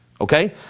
okay